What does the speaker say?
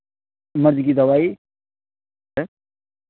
मर्ज़ की दवाई है